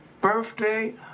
birthday